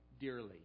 dearly